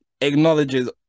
acknowledges